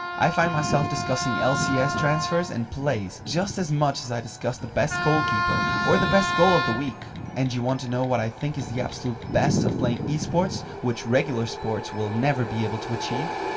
i find myself discussing lcs transfers and plays, just as much as i discuss the best goalkeeper, or the best goal of the week. and do you want to know what i think is the absolute best of playing esports, which regular sports will never be able to achieve?